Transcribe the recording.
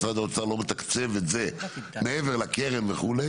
משרד האוצר לא מתקצב את זה מעבר לקרן וכו',